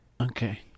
Okay